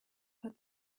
but